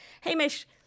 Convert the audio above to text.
Hamish